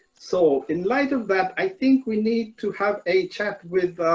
so in light of that, i think we need to have a chat with